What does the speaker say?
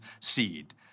seed